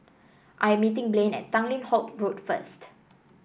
I am meeting Blane at Tanglin Halt Road first